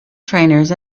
trainers